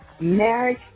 marriage